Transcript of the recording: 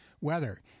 weather